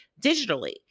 digitally